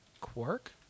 Quark